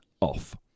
off